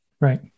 Right